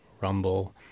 Rumble